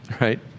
right